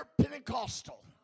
Pentecostal